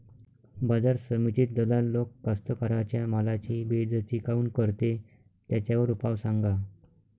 बाजार समितीत दलाल लोक कास्ताकाराच्या मालाची बेइज्जती काऊन करते? त्याच्यावर उपाव सांगा